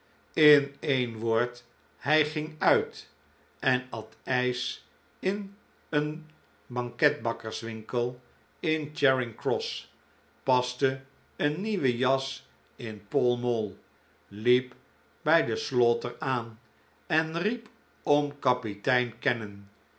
in een woord hij ging uit en at ijs in een banketbakkerswinkel in charing cross paste een nieuwe jas in pall mall liep bij de slaughter aan en riep om kapitein cannon